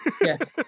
Yes